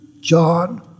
John